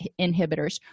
inhibitors